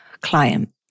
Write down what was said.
client